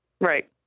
Right